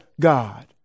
God